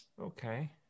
Okay